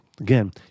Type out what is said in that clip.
Again